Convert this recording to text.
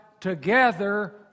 together